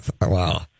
Wow